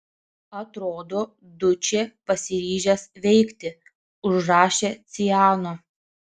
atrodo dučė pasiryžęs veikti užrašė ciano